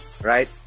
right